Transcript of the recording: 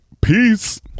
peace